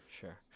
Sure